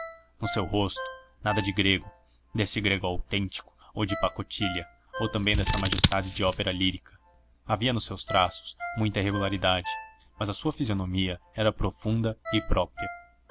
no seu rosto nada de grego desse grego autêntico ou de pacotilha ou também dessa majestade de ópera lírica havia nos seus traços muita irregularidade mas a sua fisionomia era profunda e própria